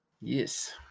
Yes